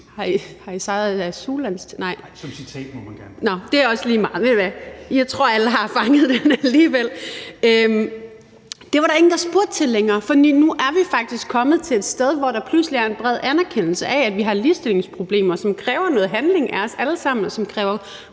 (Ordfører) Pernille Skipper (EL): Nå, det er også lige meget. Ved du hvad, jeg tror, alle har fanget den alligevel. Der var ingen, der spurgte til det længere, for nu er vi faktisk kommet til et sted, hvor der pludselig er en bred anerkendelse af, at vi har ligestillingsproblemer, som kræver noget handling af os alle sammen, og som kræver